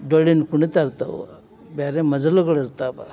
ಡೊಳ್ಳಿನ ಕುಣಿತ ಇರ್ತಾವೆ ಬೇರೆ ಮಜಲುಗಳು ಇರ್ತಾವೆ